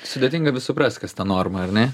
sudėtinga vis suprast kas ta norma ar ne